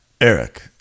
Eric